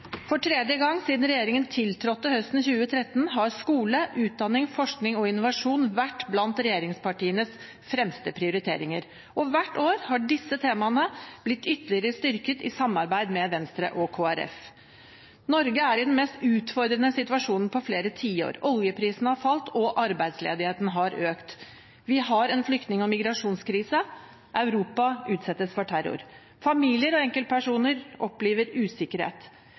For tredje gang siden regjeringen tiltrådte høsten 2013, har skole, utdanning, forskning og innovasjon vært blant regjeringspartienes fremste prioriteringer, og hvert år har disse temaene blitt ytterligere styrket i samarbeid med Venstre og Kristelig Folkeparti. Norge er i den mest utfordrende situasjonen på flere tiår. Oljeprisen har falt, og arbeidsledigheten har økt. Vi har en flyktning- og migrasjonskrise. Europa utsettes for terror. Familier og enkeltpersoner opplever usikkerhet.